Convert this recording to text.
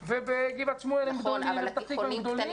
גבעת שמואל ופתח התקווה בתי הספר גדולים.